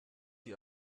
die